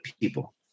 people